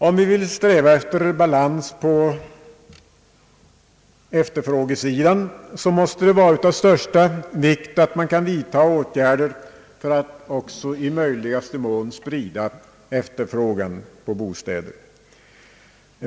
Om vi vill sträva efter balans på efterfrågesidan, måste det vara av största vikt att kunna vidta åtgärder för att i möjligaste mån också sprida efterfrågan på bostäder.